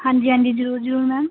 ਹਾਂਜੀ ਹਾਂਜੀ ਜ਼ਰੂਰ ਜ਼ਰੂਰ ਮੈਮ